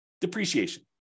depreciation